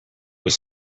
was